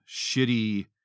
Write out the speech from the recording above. shitty